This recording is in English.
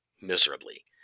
miserably